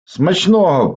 смачного